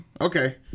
Okay